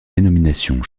dénominations